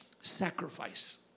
Sacrifice